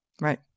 Right